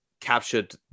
captured